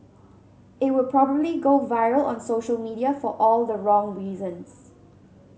it would probably go viral on social media for all the wrong reasons